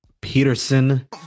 Peterson